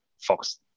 Fox